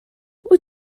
wyt